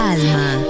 Alma